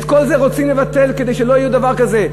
את כל זה רוצים לבטל כדי שלא יהיה דבר כזה.